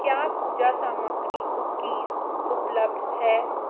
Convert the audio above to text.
क्या पूजा सामग्री कुकीज उपलब्ध है